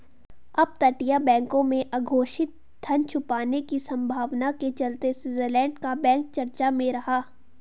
अपतटीय बैंकों में अघोषित धन छुपाने की संभावना के चलते स्विट्जरलैंड का बैंक चर्चा में रहा